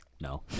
No